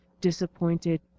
disappointed